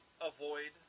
avoid